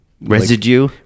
residue